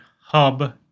hub